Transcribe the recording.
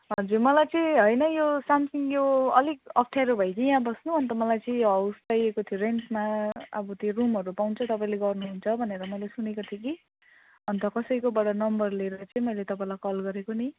हजुर मलाई चाहिँ होइन यो सामसिङ यो अलिक अप्ठ्यारो भयो कि यहाँ बस्नु अन्त मलाई चाहिँ हाउस चाहिएको थियो रेन्टमा अब त्यो रुमहरू पाउँछ तपाईँले गर्नुहुन्छ भनेर मैले सुनेको थिएँ कि अन्त कसैकोबाट नम्बर लिएर चाहिँ मैले तपाईँलाई कल गरेको नि